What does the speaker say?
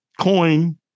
coin